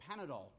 Panadol